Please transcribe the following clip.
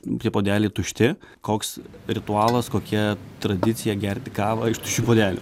tie puodeliai tušti koks ritualas kokia tradicija gerti kavą iš tuščių puodelių